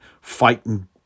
fighting